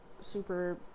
super